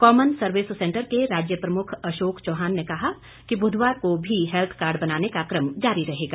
common service center के राज्य प्रमुख अशोक चौहान ने कहा कि बुधवार को भी हैल्थ कार्ड बनाने का कम जारी रहेगा